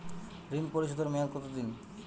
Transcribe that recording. ঋণ পরিশোধের মেয়াদ কত দিন?